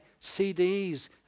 CDs